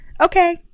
Okay